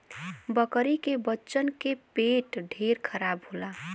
बकरी के बच्चन के पेट ढेर खराब होला